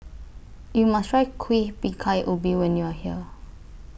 YOU must Try Kuih Bingka Ubi when YOU Are here